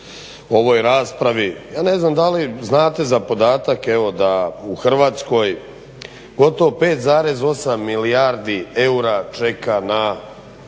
u ovoj raspravi, ja ne znam da li znate za podatak da u Hrvatskoj gotovo 5,8 milijardi eura čeka na